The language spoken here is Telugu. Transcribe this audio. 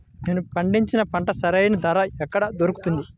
నేను పండించిన పంటకి సరైన ధర ఎక్కడ దొరుకుతుంది?